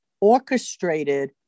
orchestrated